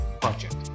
Project